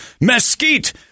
mesquite